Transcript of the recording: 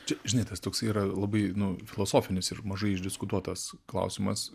čia žinai tas toksai yra labai nu filosofinis ir mažai išdiskutuotas klausimas